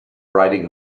writing